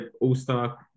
all-star